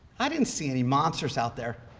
i didn't see any monsters out there,